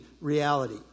reality